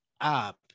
up